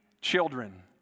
children